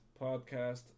podcast